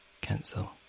Cancel